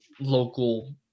local